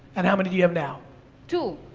and how many do you have now? two.